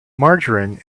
margarine